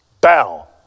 bow